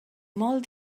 molt